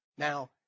Now